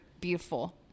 beautiful